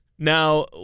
Now